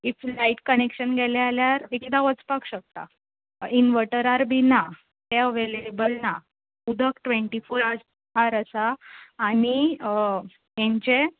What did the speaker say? if light connection गेलें जाल्यार बेगिना वचपाक शकता इन्वटरार बी ना तें अवेलेबल ना उदक ट्वँटी फोर आज आर आसा आनी हेंचें